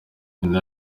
nyina